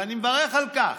ואני מברך על כך.